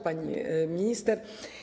Pani Minister!